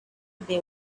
they